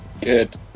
Good